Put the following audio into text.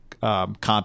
Comp